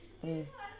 mm